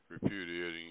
repudiating